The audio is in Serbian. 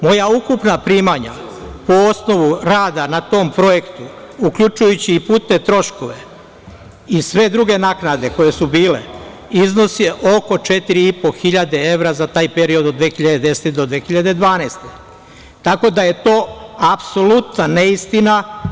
Moja ukupna primanja po osnovu rada na tom projektu, uključujući i putne troškove i sve druge naknade koje su bile, iznosi oko 4.500 evra za taj period od 2010. do 2012. godine, tako da je to apsolutna neistina.